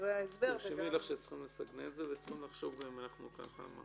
רשמי לך שצריך לסגנן את זה וצריך לחשוב אם אנחנו ככה מחמירים.